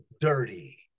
dirty